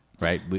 Right